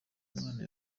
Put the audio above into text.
mwana